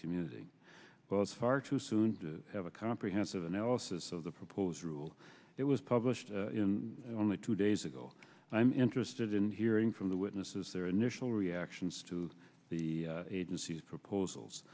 community was far too soon to have a comprehensive analysis of the proposed rule it was published in only two days ago i'm interested in hearing from the witnesses their initial reactions to the agency's proposals